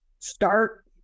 start